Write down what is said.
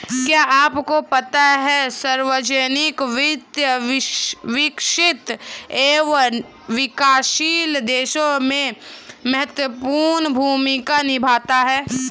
क्या आपको पता है सार्वजनिक वित्त, विकसित एवं विकासशील देशों में महत्वपूर्ण भूमिका निभाता है?